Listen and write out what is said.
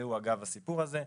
נפצעו אגב הסיפור הזה,